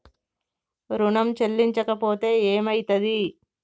ఋణం చెల్లించకపోతే ఏమయితది?